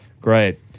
Great